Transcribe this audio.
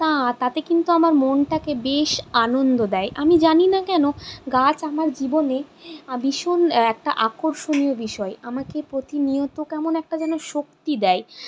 তা তাতে কিন্তু আমার মনটাকে বেশ আনন্দ দেয় আমি জানি না কেন গাছ আমার জীবনে ভীষণ একটা আকর্ষণীয় বিষয় আমাকে প্রতিনিয়ত কেমন একটা যেন শক্তি দেয়